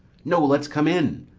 no, let's come in.